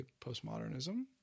postmodernism